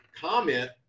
comment